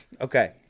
Okay